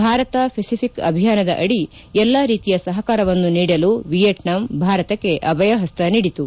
Bharat Pacific ಅಭಿಯಾನದ ಅಡಿ ಎಲ್ಲಾ ರೀತಿಯ ಸಹಕಾರವನ್ನು ನೀಡಲು ವಿಯೆಟ್ನಾಂ ಭಾರತಕ್ಕೆ ಅಭಯಹಸ್ತ ನೀಡಿತು